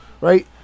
right